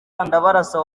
ndabarasa